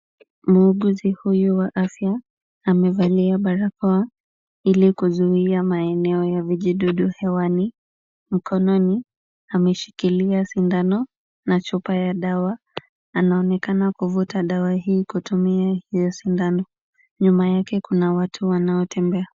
Muuguzi huyu wa afya amevalia barakoa ili kuzuia maeneo ya vijidudu hewani. Mkononi ameshikilia sindano na chupa ya dawa, anaonekana kuvuta dawa hii kutumia hiyo sindano. Nyuma yake kuna watu wanaotembea.